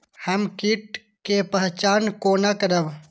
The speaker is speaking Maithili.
हम कीट के पहचान कोना करब?